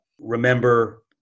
remember